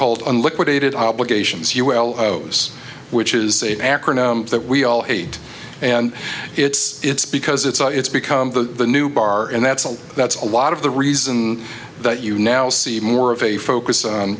called liquidated obligations you will which is a acronym that we all hate and it's it's because it's not it's become the new bar and that's all that's a lot of the reason that you now see more of a focus